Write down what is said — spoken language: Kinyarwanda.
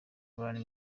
abantu